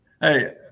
Hey